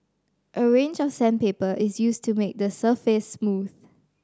a range of sandpaper is used to make the surface smooth